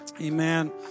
Amen